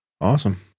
Awesome